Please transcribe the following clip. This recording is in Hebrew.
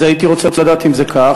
הייתי רוצה לדעת אם זה כך,